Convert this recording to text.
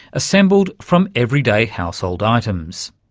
assembled from everyday household items.